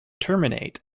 terminate